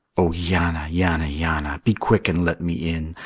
o yanna, yanna, yanna, be quick and let me in!